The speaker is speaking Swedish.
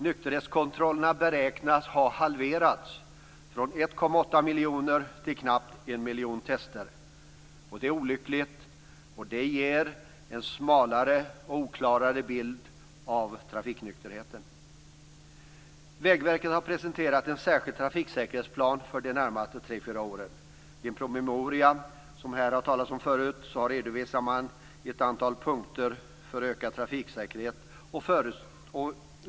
Nykterhetskontrollerna beräknas ha halverats - från 1,8 miljoner till knappt 1 miljon test. Det är olyckligt. Det ger en smalare och oklarare bild av trafiknykterheten. Vägverket har presenterat en särskild trafiksäkerhetsplan för de närmaste tre fyra åren. I en promemoria, som har nämnts tidigare, redovisar man förslag till ökad trafiksäkerhet i ett antal punkter.